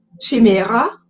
chimera